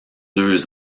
deux